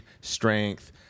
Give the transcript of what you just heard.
strength